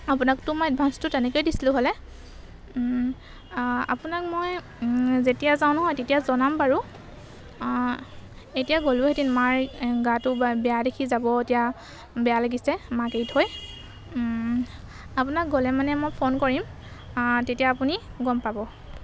আপোনাকতো মই এডভান্সটো তেনেকৈয়ে দিছিলোঁ হ'লে আপোনাক মই যেতিয়া যাওঁ নহয় তেতিয়া জনাম বাৰু অঁ এতিয়া গ'লোহেঁতেন মাৰ গাটো বেয়া দেখি যাব এতিয়া বেয়া লাগিছে মাক এৰি থৈ আপোনাক গ'লে মানে মই ফোন কৰিম অঁ তেতিয়া আপুনি গম পাব